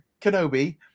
Kenobi